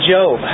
Job